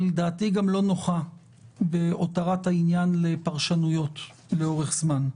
אבל דעתי גם לא נוחה בהותרת העניין לפרשנויות לאורך זמן.